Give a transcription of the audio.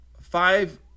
five